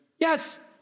Yes